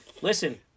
listen